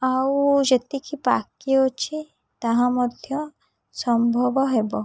ଆଉ ଯେତିକି ବାକି ଅଛି ତାହା ମଧ୍ୟ ସମ୍ଭବ ହେବ